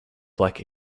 black